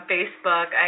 Facebook